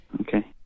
Okay